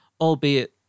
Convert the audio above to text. albeit